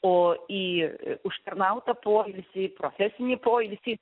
o į užtarnautą poilsį profesinį poilsį